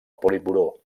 politburó